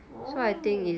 oh